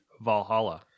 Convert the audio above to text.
Valhalla